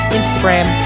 instagram